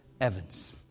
Evans